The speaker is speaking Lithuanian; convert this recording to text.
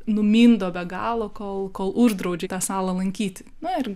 numindo be galo kol kol uždraudžia tą salą lankyti na ir